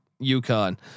UConn